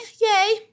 yay